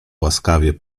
łaskawie